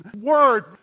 word